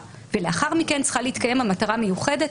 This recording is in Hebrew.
ולאחר מכן צריכה להתקיים המטרה המיוחדת,